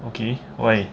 okay why